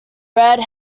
red